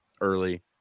early